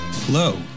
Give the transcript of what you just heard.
Hello